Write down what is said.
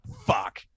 Fuck